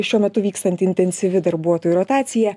šiuo metu vykstanti intensyvi darbuotojų rotacija